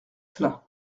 cela